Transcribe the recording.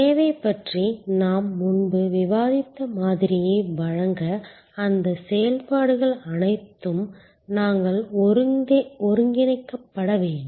சேவை பற்றி நாம் முன்பு விவாதித்த மாதிரியை வழங்க அந்த செயல்பாடுகள் அனைத்தும் நன்கு ஒருங்கிணைக்கப்பட வேண்டும்